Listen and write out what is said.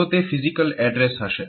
તો તે physical address હશે